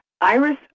Iris